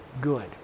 good